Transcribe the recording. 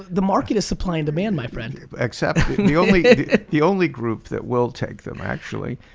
the market is supply and demand, my friend. the only the only group that will take them actually,